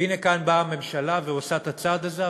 והנה כאן באה הממשלה ועושה את הצעד הזה,